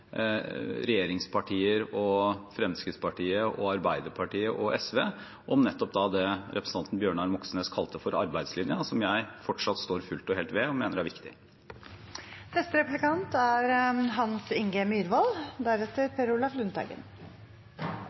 Fremskrittspartiet, Arbeiderpartiet og SV, nemlig det representanten Bjørnar Moxnes kalte for arbeidslinja, og som jeg fortsatt står fullt og helt ved og mener er